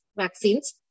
vaccines